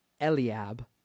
Eliab